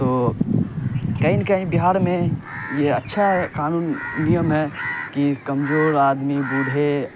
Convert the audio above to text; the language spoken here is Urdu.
تو کہیں نہ کہیں بہار میں یہ اچھا ہے قانون نیم ہے کہ کمزور آدمی بوڑھے